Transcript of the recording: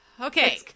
okay